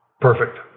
perfect